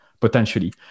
potentially